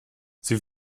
sie